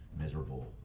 miserable